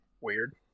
Weird